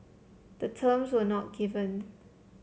the terms were not given